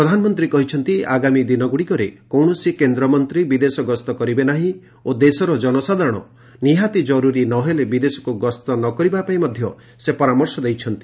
ପ୍ରଧାନମନ୍ତ୍ରୀ କହିଛନ୍ତି ଆଗାମୀ ଦିନଗୁଡ଼ିକରେ କୌଣସି କେନ୍ଦ୍ର ମନ୍ତ୍ରୀ ବିଦେଶ ଗସ୍ତ କରିବେ ନାହିଁ ଓ ଦେଶର ଜନସାଧାରଣ ନିହାତି ଜରୁରୀ ନ ହେଲେ ବିଦେଶକୁ ଗସ୍ତ ନ କରିବା ପାଇଁ ସେ ପରାମର୍ଶ ଦେଇଛନ୍ତି